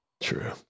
True